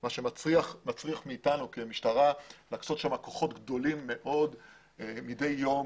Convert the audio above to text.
מה שמצריך מאתנו כמשטרה להקצות לשם כוחות גדולים מאוד מדי יום.